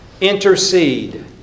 intercede